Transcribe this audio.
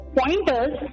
pointers